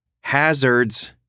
hazards